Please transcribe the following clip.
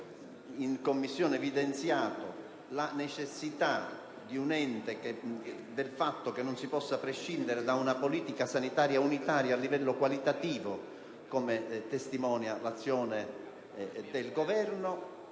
in Commissione, ha evidenziato il fatto che non si può prescindere da una politica sanitaria unitaria a livello qualitativo, come testimonia l'azione del Governo,